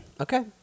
Okay